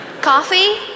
Coffee